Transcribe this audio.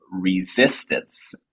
resistance